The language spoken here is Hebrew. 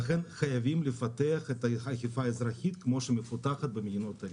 לכן חייבים לפתח את הליך האכיפה האזרחית כמו שהיא מפותחת במדינה האלה.